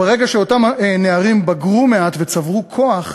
ברגע שאותם נערים בגרו מעט וצברו כוח,